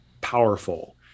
powerful